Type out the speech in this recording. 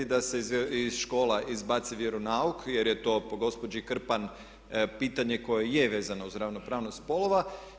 Da se iz škola izbaci vjeronauk jer je to po gospođi Krpan pitanje koje je vezano uz ravnopravnost spolova.